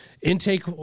intake